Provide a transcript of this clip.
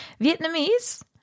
Vietnamese